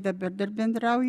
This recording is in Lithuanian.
dabar dar bendrauju